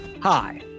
Hi